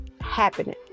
happening